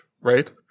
right